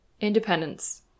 independence